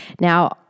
Now